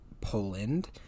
poland